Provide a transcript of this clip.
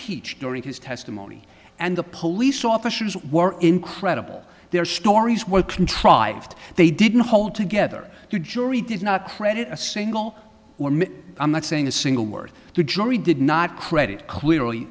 unimpeached during his testimony and the police officers were incredible their stories were contrived they didn't hold together you jury did not credit a single i'm not saying a single word the jury did not credit clearly